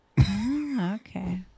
Okay